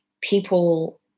people